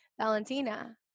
Valentina